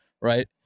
right